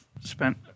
spent